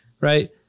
Right